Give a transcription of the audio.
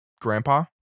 grandpa